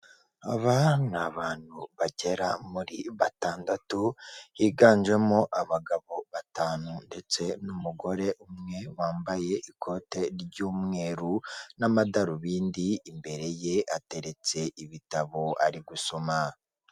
Aba ni abantu bagera muri batandatu higanjemo abagabo batanu ndetse n'umugore umwe wambaye ikote ry'umweru n'amadarubindi, imbere ye hateretse ibitabo ari gusoma.